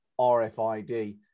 RFID